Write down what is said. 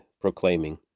proclaiming